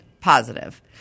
positive